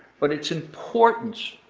but its importance